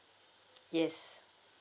yes